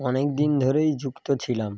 অনেক দিন ধরেই যুক্ত ছিলাম